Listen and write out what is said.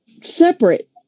separate